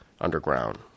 underground